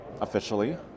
officially